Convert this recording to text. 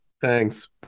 Thanks